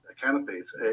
canopies